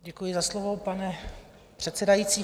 Děkuji za slovo, pane předsedající.